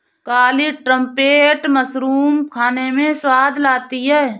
काली trumpet mushroom खाने में स्वाद लाती है